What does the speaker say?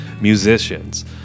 musicians